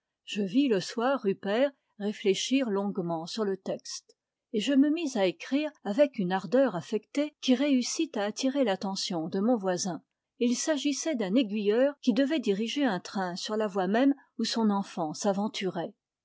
je vis le soir rupert réfléchir longuement sur le texte et je me mis à écrire avec une ardeur affectée qui réussit à attirer l'attention de mon voisin il s'agissait d'un aiguilleur qui devait diriger un train sur la voie même où son enfant s'aventurait